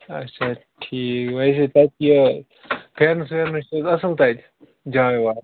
اچھا ٹھیٖک ویسے تَتہِ یہِ فیرنس ویرنس چھِ حظ اصٕل تَتہِ جاے واے